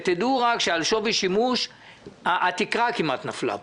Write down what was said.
תדעו רק שעל שווי שימוש התקרה כמעט נפלה פה.